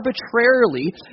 arbitrarily